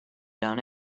done